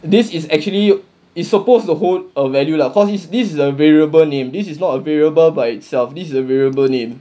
this is actually it's supposed to hold a value lah because this is a variable name this is not a variable by itself this is a variable name